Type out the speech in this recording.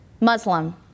Muslim